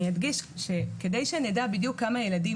אני אדגיש שכדי שנדע בדיוק כמה ילדים